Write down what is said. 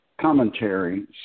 Commentary